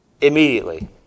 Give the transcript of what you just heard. Immediately